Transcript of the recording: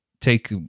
take